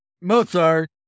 Mozart